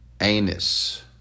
Anus